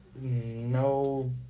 No